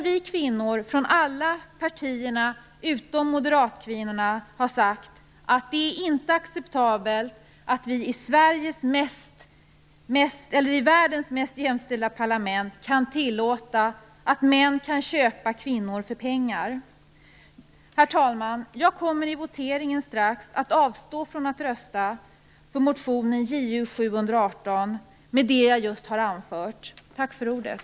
Vi kvinnor från alla partier utom Moderaterna har sagt att det inte är acceptabelt att vi i världens mest jämställda parlament kan tillåta att man kan köpa kvinnor för pengar. Herr talman! Jag kommer i voteringen strax att avstå från att rösta för motionen Ju718 med anledning av det jag just har anfört.